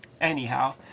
Anyhow